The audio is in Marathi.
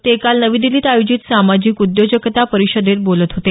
ते काल नवी दिल्लीत आयोजित सामाजिक उद्योजकता परिषदेत बोलत होते